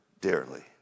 dearly